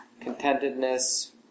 contentedness